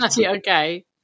Okay